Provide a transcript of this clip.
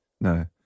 No